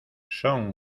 son